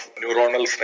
neuronal